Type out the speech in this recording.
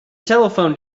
telephone